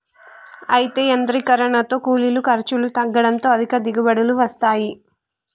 అయితే యాంత్రీకరనతో కూలీల ఖర్చులు తగ్గడంతో అధిక దిగుబడులు వస్తాయి